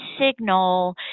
signal